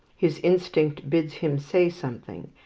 his instinct bids him say something,